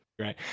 Right